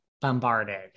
bombarded